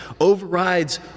overrides